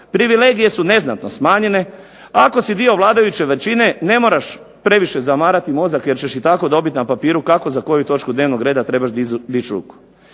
privilegije su neznatno smanjene, ako si dio vladajuće većine ne moraš previše zamarati mozak jer ćeš i tako dobit na papiru kako za koju točku dnevnog reda trebaš dići ruku.